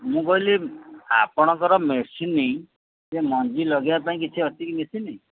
ମୁଁ କହିଲି ଆପଣଙ୍କର ମେସିନ୍ ଯେ ମଞ୍ଜି ଲଗେଇବା ପାଇଁ କିଛି ଅଛି କି ମେସିନ୍